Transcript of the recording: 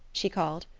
she called,